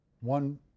one